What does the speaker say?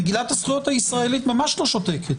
מגילת הזכויות הישראלית ממש לא שותקת,